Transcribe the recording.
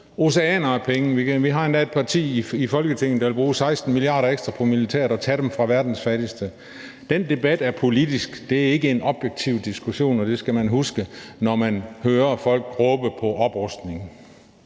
oceaner af penge, vi har endda et parti i Folketinget, der vil bruge 16 mia. kr. ekstra på militæret og tage dem fra verdens fattigste. Den debat er politisk, det er ikke en objektiv diskussion, og det skal man huske, når man hører folk råbe på oprustning.